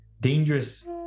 dangerous